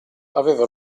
aveva